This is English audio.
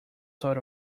sort